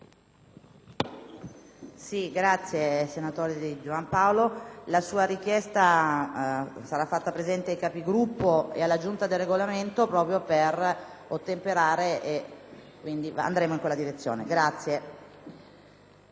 ringrazio, senatore Di Giovan Paolo. La sua richiesta sarà fatta presente ai Capigruppo e alla Giunta per il Regolamento proprio per ottemperare in tal senso; andremo in quella direzione.